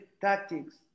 tactics